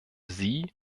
sie